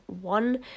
one